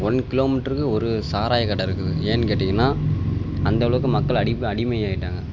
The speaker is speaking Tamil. ஒன் கிலோமீட்டருக்கு ஒரு சாராயக் கடை இருக்குது ஏன்னு கேட்டீங்கன்னா அந்தளவுக்கு மக்கள் அடிம் அடிமை ஆயிட்டாங்க